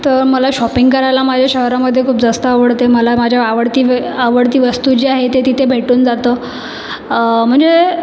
तर मला शॉपिंग करायला माझ्या शहरामध्ये खूप जास्त आवडते मला माझ्या आवडती वे आवडती वस्तू जी आहे ते तिथे भेटून जातं म्हणजे